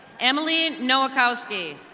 emily nowikowski.